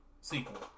sequel